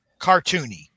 cartoony